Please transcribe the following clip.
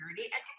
expert